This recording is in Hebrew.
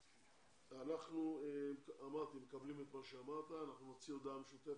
אנחנו מקבלים את מה שאמרת ואכן אנחנו נוציא הודעה משותפת.